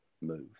move